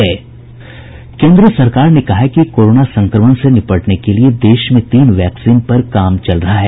केन्द्र सरकार ने कहा है कि कोरोना संक्रमण से निपटने के लिए देश में तीन वैक्सीन पर काम चल रहा है